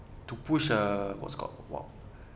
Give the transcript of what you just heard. to push a what's called what